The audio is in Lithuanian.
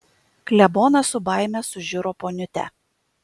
klebonas su baime sužiuro poniutę